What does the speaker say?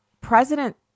President